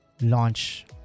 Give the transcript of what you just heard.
launch